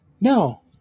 No